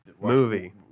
movie